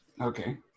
Okay